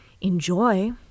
enjoy